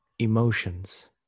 Emotions